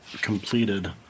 completed